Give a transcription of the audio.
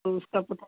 तो उसका प्रीकोशन